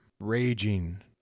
raging